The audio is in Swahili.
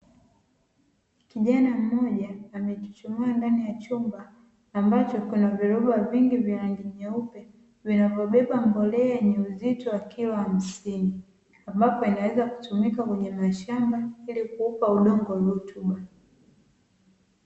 Kijana mmoja amechuchumaa ndani ya chumba ambacho kuna viroba vingi vya rangi nyeupe vinavyobeba mbolea yenye uzito wa kilo hamsini, ambapo inaweza kutumika kwenye mashamba ili kuupa udongo rutuba.